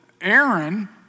Aaron